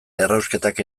errausketak